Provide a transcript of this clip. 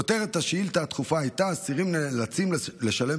כותרת השאילתה הדחופה הייתה: "האסירים נאלצים לשלם